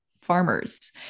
farmers